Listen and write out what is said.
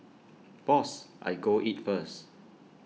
boss I go eat first